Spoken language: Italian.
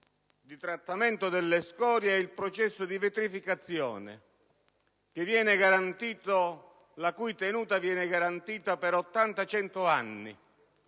di trattamento delle scorie è il processo di vetrificazione, la cui tenuta viene garantita per 80-100 anni.